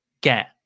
get